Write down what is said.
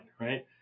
right